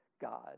God